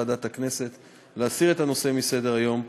מליאת הכנסת העבירה לוועדת הכנסת לשם קביעת ועדה הצעה לסדר-היום בנושא: